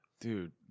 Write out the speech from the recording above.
dude